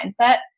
mindset